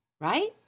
right